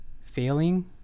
failing